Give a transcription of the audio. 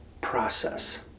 process